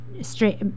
straight